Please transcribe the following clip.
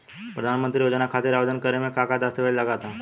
प्रधानमंत्री योजना खातिर आवेदन करे मे का का दस्तावेजऽ लगा ता?